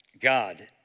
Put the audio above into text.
God